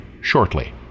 shortly